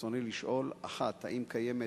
ברצוני לשאול: 1. האם קיימת